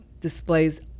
displays